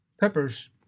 peppers